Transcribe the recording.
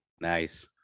Nice